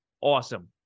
awesome